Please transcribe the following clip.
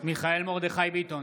מיכאל מרדכי ביטון,